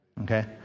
Okay